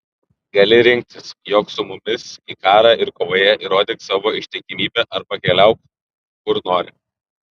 gali rinktis jok su mumis į karą ir kovoje įrodyk savo ištikimybę arba keliauk kur nori